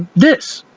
this